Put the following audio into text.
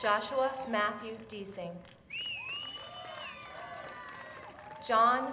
joshua matthews do you think john